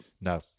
no